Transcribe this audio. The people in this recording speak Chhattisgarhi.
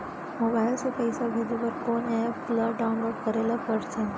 मोबाइल से पइसा भेजे बर कोन एप ल डाऊनलोड करे ला पड़थे?